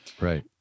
right